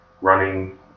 running